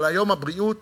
אבל היום הבריאות